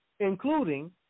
Including